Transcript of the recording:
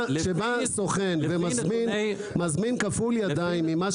כשבא סוכן ומזמין מספר כפול של ידיים ממה